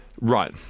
Right